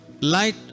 Light